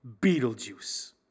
Beetlejuice